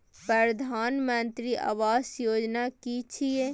प्रधानमंत्री आवास योजना कि छिए?